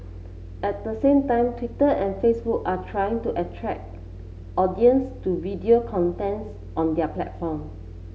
at the same time Twitter and Facebook are trying to attract audiences to video contents on their platform